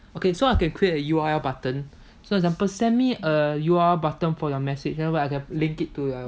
okay so I can create a U_R_L button so example send me a U_R_L button for your message then what I can link it to the